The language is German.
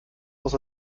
aus